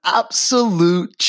absolute